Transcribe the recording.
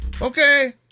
Okay